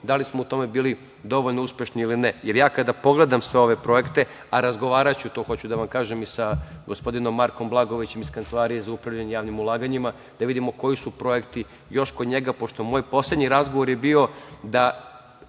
da li smo u tome bili dovoljno uspešni ili ne. Jer, ja kada pogledam sve ove projekte, a razgovaraću, to hoću da vam kažem, i sa gospodinom Markom Blagojevićem iz Kancelarije za upravljanje javnim ulaganjima da vidimo koji su projekti još kod njega, pošto moj poslednji razgovor je bio da